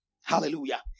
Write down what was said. Hallelujah